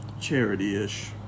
charity-ish